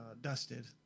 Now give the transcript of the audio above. dusted